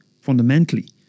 fundamentally